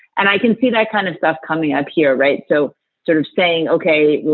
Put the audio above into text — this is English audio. and i can see that kind of stuff coming up here. right so sort of saying, ok, well,